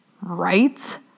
Right